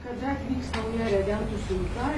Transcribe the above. kada atvyks nauja reagentų siunta